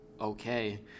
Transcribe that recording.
okay